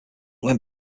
went